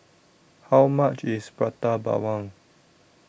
How much IS Prata Bawang